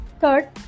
Third